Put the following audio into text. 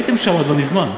הייתם שם עד לא מזמן.